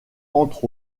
entre